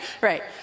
Right